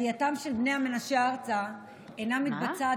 עלייתם של בני המנשה ארצה אינה מתבצעת